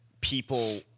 people